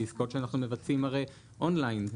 אלה עסקאות שאנחנו מבצעים און ליין,